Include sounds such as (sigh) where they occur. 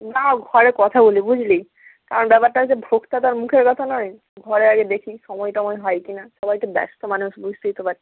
না ঘরে কথা বলি বুঝলি কারণ ব্যাপারটা হচ্ছে ভোক্তা তো আর মুখের কথা নয় ঘরে আগে দেখি সময় টময় হয় কি না সবাই তো ব্যস্ত মানুষ বুঝতেই তো (unintelligible)